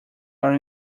are